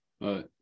Right